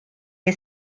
que